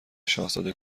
شاهزاده